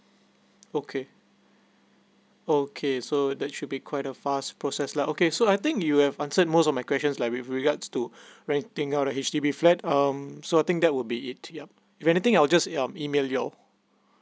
okay okay so that should be quite a fast process lah okay so I think you have answered most of my questions like with regards to renting out a H_D_B flat um so I think that would be it yup if anything I'll just um email you